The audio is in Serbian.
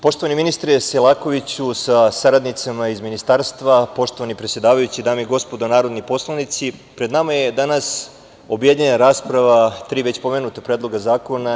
Poštovani ministre Selakoviću sa saradnicama iz ministarstva, poštovani predsedavajući, dame i gospodo narodni poslanici, pred nama je danas objedinjena rasprava tri već pomenuta predloga zakona.